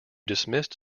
dismissed